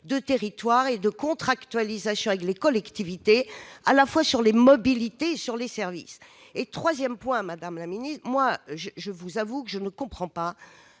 du territoire et de contractualisation avec les collectivités, à la fois sur les mobilités et les services. Dernier point, madame la secrétaire d'État, je vous avoue que je ne comprends pas,